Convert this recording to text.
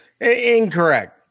Incorrect